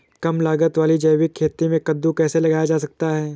कम लागत वाली जैविक खेती में कद्दू कैसे लगाया जा सकता है?